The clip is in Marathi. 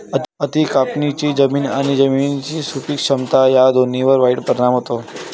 अति कापणीचा जमीन आणि जमिनीची सुपीक क्षमता या दोन्हींवर वाईट परिणाम होतो